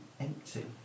empty